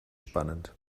spannend